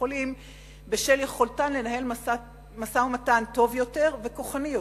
קופות-החולים בשל יכולתן לנהל משא-ומתן טוב יותר וכוחני יותר.